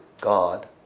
God